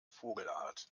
vogelart